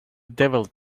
devil